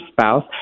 spouse